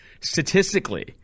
statistically